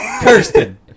Kirsten